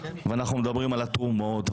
אנחנו מדברים על התרומות,